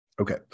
Okay